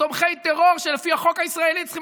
תומכי טרור שלפי החוק הישראלי צריכים